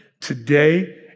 today